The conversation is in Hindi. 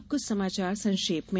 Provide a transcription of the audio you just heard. अब कुछ समाचार संक्षेप में